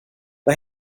vad